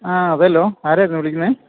ആ അതേലോ ആരായിരുന്നു വിളിക്കുന്നത്